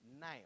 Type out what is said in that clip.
now